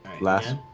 Last